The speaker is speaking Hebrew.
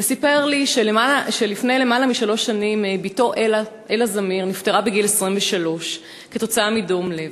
וסיפר לי שלפני יותר משלוש שנים בתו אלה זמיר נפטרה בגיל 23 מדום לב.